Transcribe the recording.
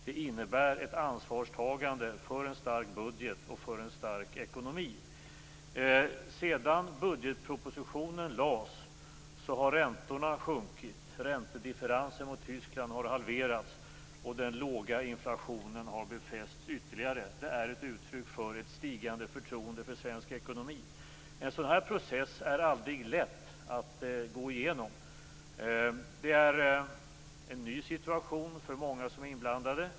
Det innebär ett ansvarstagande för en stark budget och för en stark ekonomi. Sedan budgetpropositionen lades fram har räntorna sjunkit. Räntedifferensen mot Tyskland har halverats, och den låga inflationen har befästs ytterligare. Det är ett uttryck för ett stigande förtroende för svensk ekonomi. Det är aldrig lätt att gå igenom en sådan här process. Det är en ny situation för många inblandade.